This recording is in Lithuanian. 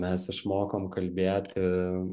mes išmokom kalbėti